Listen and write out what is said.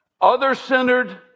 Other-centered